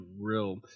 real